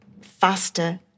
faster